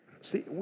See